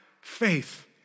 faith